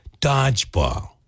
Dodgeball